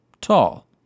tall